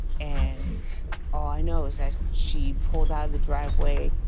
and all i know is that she pulled out of the driveway,